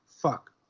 fuck